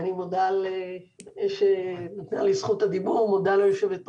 מודה ליושבת-ראש שנתנה לי את זכות הדיבור.